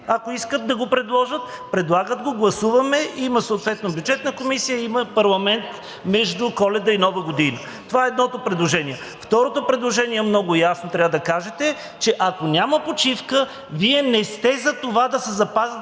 ако искат, да го предложат. Предлагат го, гласуваме, има съответно Бюджетна комисия, има парламент между Коледа и Нова година. Това е едното предложение. Второто предложение – много ясно трябва да кажете, че ако няма почивка, Вие не сте за това да се запазят